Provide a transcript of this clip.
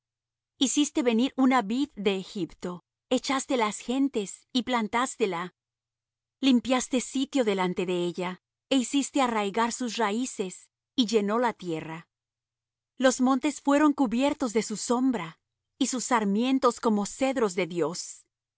hiciste venir una vid de egipto echaste las gentes y plantástela limpiaste sitio delante de ella e hiciste arraigar sus raíces y llenó la tierra los montes fueron cubiertos de su sombra y sus sarmientos como cedros de dios